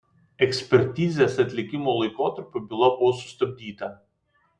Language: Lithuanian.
ekspertizės atlikimo laikotarpiu byla buvo sustabdyta